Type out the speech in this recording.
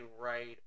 right